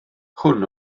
hwn